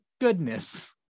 goodness